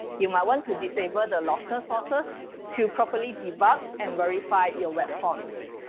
you might want to disable the local sources to properly debug and verify your web fonts.